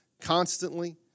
constantly